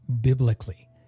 biblically